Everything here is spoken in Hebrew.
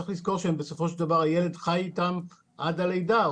צריך לזכור שבסופו של דבר הילד חי איתם עד הלידה.